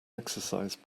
exercise